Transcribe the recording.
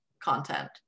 content